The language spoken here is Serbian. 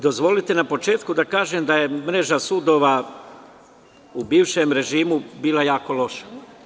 Dozvolite da kažem da je mreža sudova u bivšem režimu bila jako loša.